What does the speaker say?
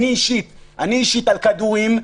אני אישית על כדורים,